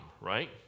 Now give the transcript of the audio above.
right